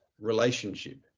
relationship